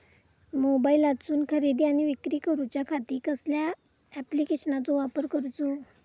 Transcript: मोबाईलातसून खरेदी आणि विक्री करूच्या खाती कसल्या ॲप्लिकेशनाचो वापर करूचो?